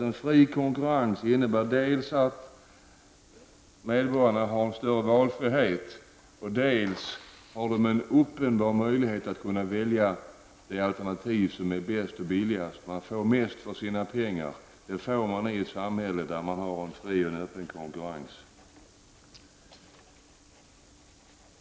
En fri konkurrens innebär att medborgarna dels får en större valfrihet, dels en större möjlighet att välja det alternativ som är bäst och billigast. Det är möjligt i ett samhälle med fri och öppen konkurrens.